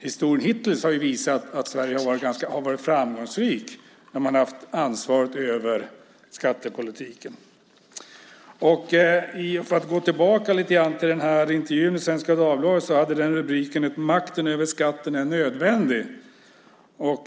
Historien hittills har visat att Sverige har varit framgångsrikt när det haft ansvaret för skattepolitiken. Jag går tillbaka lite grann till intervjun i Svenska Dagbladet. Den hade rubriken "Makten över skatten är nödvändig".